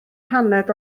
paned